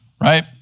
right